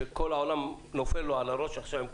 שכל העולם נופל לו על הראש עכשיו,